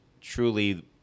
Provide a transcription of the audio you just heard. truly